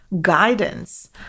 Guidance